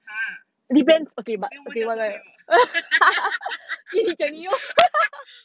!huh! then 我们真样做朋友